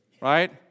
Right